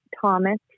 Thomas